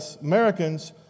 Americans